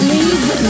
Leave